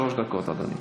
שלוש דקות, אדוני.